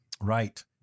Right